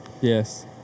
Yes